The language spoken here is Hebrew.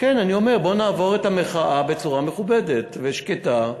אני אומר: בואו נעבור את המחאה בצורה מכובדת ושקטה,